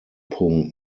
punkt